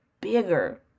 bigger